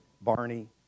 Barney